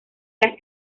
las